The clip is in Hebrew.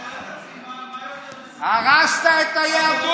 אני שואל את עצמי מה יותר, הרסת את היהדות,